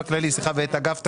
ואת אגף תקציבים.